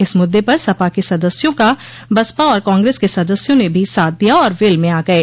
इस मुद्दे पर सपा के सदस्यों का बसपा और कांग्रेस के सदस्यों ने भी साथ दिया और वेल में आ गये